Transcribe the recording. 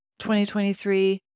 2023